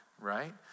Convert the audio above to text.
right